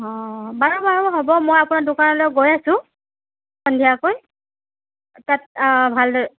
বাৰু বাৰু হ'ব মই আপোনাৰ দোকানলৈ গৈ আছোঁ সন্ধিয়াকৈ তাত ভালদৰে